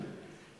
אוכלוסייה במצוקה,